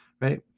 right